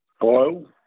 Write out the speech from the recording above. hello